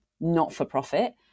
not-for-profit